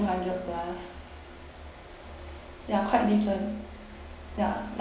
hundred plus ya quite different ya